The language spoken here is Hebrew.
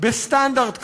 בסטנדרט קבוע,